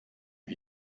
wie